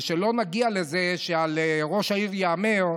ושלא נגיע לזה שעל ראש העיר ייאמר: